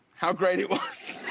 how great it was?